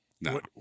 no